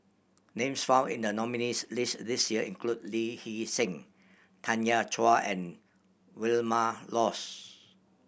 names found in the nominees' list this year include Lee Hee Seng Tanya Chua and Vilma Laus